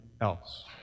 else